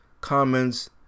comments